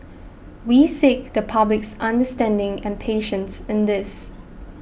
we seek the public's understanding and patience in this